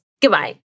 Goodbye